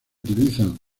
utilizan